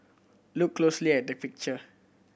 look closely at the picture